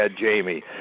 Jamie